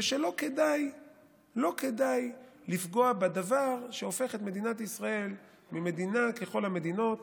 ושלא כדאי לפגוע בדבר שהופך את מדינת ישראל ממדינה ככל המדינות